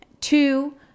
Two